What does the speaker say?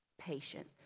patience